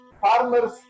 farmers